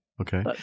Okay